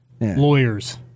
Lawyers